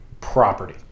Property